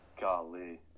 Golly